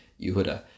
Yehuda